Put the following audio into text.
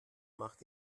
macht